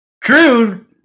Drew